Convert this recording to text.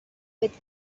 with